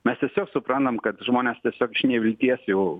mes tiesiog suprantam kad žmonės tiesiog iš nevilties jau